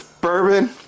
Bourbon